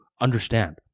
understand